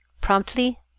promptly